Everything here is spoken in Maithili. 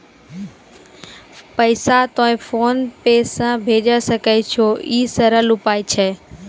पैसा तोय फोन पे से भैजै सकै छौ? ई सरल उपाय छै?